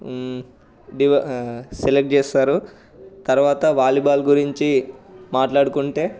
select చేస్తారు తర్వాత volleyball గురించి మాట్లాడుకుంటే